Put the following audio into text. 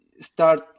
start